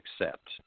accept